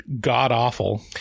god-awful